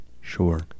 Sure